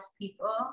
people